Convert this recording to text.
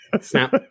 Snap